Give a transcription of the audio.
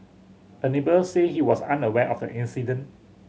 a neighbour said he was unaware of the incident